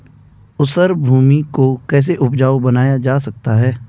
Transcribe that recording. ऊसर भूमि को कैसे उपजाऊ बनाया जा सकता है?